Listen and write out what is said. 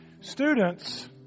Students